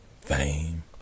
fame